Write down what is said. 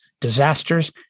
Disasters